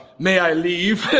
may i leave?